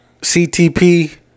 CTP